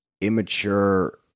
immature